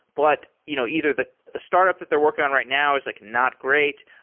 but you know either the the startup that they're working on right now is like not great,